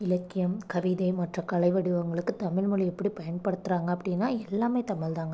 இலக்கியம் கவிதை மற்ற கலை வடிவங்களுக்கு தமிழ் மொழியை எப்படி பயன்படுத்துகிறாங்க அப்படினா எல்லாமே தமிழ்தாங்க